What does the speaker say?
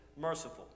merciful